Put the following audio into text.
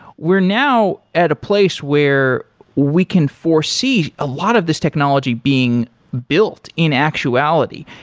we're now at a place where we can foresee a lot of these technology being built in actuality.